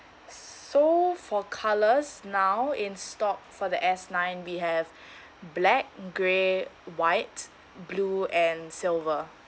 so for colours now in stock for the S nine we have black grey white blue and silver